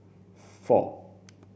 four